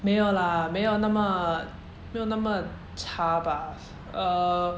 没有 lah 没有那么没有那么差 bah err